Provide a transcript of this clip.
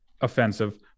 offensive